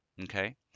okay